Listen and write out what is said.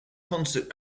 concert